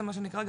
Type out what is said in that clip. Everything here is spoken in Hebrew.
מה שנקרא,